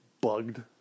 bugged